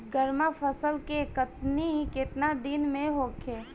गर्मा फसल के कटनी केतना दिन में होखे?